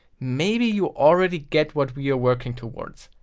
maybe you already get what we are working towards.